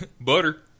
Butter